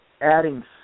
adding